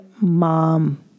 MOM